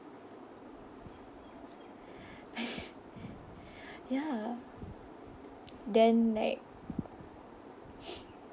ya then like